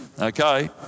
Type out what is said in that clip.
Okay